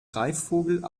greifvogel